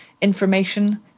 information